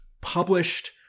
published